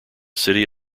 city